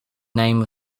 name